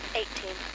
eighteen